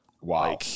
Wow